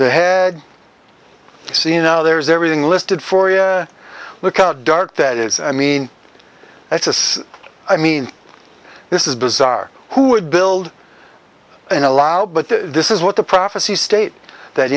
the head so you know there's everything listed for you look out dark that is i mean that's is i mean this is bizarre who would build and allow but the this is what the prophecies state that